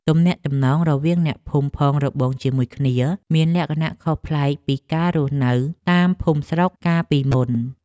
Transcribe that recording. ទំនាក់ទំនងរវាងអ្នកភូមិផងរបងជាមួយគ្នាមានលក្ខណៈខុសប្លែកពីការរស់នៅតាមភូមិស្រុកកាលពីមុន។